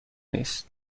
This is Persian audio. نیست